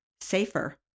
safer